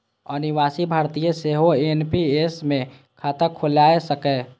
अनिवासी भारतीय सेहो एन.पी.एस मे खाता खोलाए सकैए